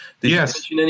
yes